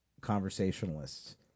conversationalists